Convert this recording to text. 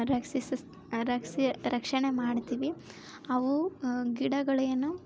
ರಕ್ಷಿಸು ರಕ್ಷಿ ರಕ್ಷಣೆ ಮಾಡ್ತೀವಿ ಅವು ಗಿಡಗಳೇನು